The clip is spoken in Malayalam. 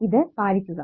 ഇത് പാലിക്കുക